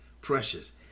precious